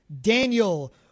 Daniel